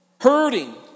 Hurting